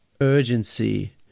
urgency